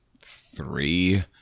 three